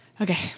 Okay